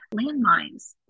landmines